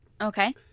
Okay